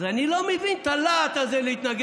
אז אני לא מבין את הלהט הזה להתנגד.